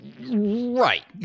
Right